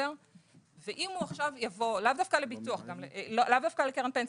לאו דווקא לקרן פנסיה,